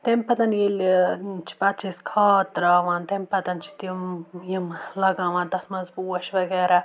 تَمہِ پَتہٕ ییٚلہِ ٲں چھِ پَتہٕ چھِ أسۍ کھاد ترٛاوان تَمہِ پَتہٕ چھِ تِم یِم لَگاوان تَتھ منٛز پوش وغیرہ